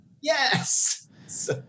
yes